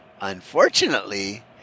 Unfortunately